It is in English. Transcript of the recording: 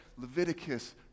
Leviticus